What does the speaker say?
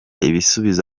ibisubizo